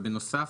אבל בנוסף,